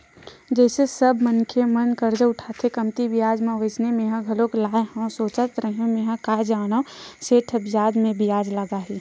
जइसे सब मनखे मन करजा उठाथे कमती बियाज म वइसने मेंहा घलोक लाय हव सोचत रेहेव मेंहा काय जानव सेठ ह बियाज पे बियाज लगाही